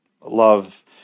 love